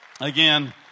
again